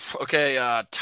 Okay